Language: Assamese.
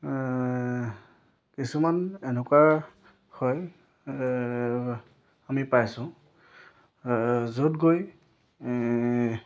কিছুমান এনেকুৱা হয় আমি পাইছোঁ য'ত গৈ